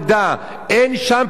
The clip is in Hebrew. וצריך להחזיר את כולם,